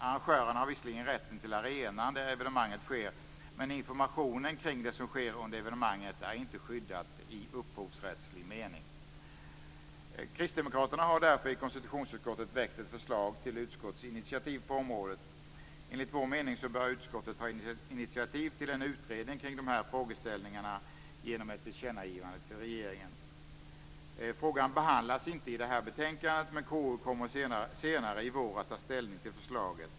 Arrangören har visserligen rätten till arenan där evenemanget sker, men informationen kring det som sker under evenemanget är inte skyddad i upphovsrättslig mening. Kristdemokraterna har därför i konstitutionsutskottet väckt ett förslag till utskottsinitiativ på området. Enligt vår mening bör utskottet ta initiativ till en utredning kring dessa frågor genom ett tillkännagivande till regeringen. Frågan behandlas inte i detta betänkande, men KU kommer senare i vår att ta ställning till förslaget.